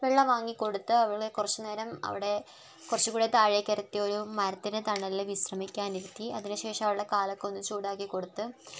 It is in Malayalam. വെള്ളം വാങ്ങി കൊടുത്ത് അവളെ കുറച്ച് നേരം അവിടെ കുറച്ചുകൂടെ താഴേക്ക് നിർത്തി ഒരു മരത്തിൻ്റെ തണലിൽ വിശ്രമിക്കാൻ ഇരുത്തി അതിനു ശേഷം അവളുടെ കാൽ ഒക്കെ ഒന്ന് ചൂടാക്കി കൊടുത്ത്